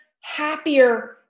happier